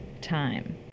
time